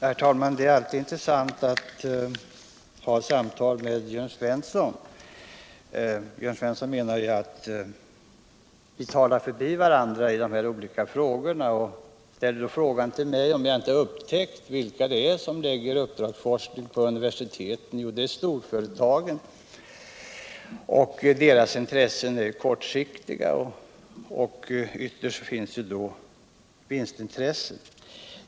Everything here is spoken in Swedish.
Herr talman! Det är alltid intressant att samtala med Jörn Svensson. Han menar att vi talar förbi varandra och ställer frågan till mig om jag inte har upptäckt vilka det är som lägger ut uppdragsforskning på universiteten. Det är storföretagen, säger Jörn Svensson, vilkas intressen är kortsiktiga, och ytterst finns då vinstintresset.